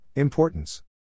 Importance